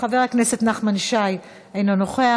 חבר הכנסת נחמן שי, אינו נוכח.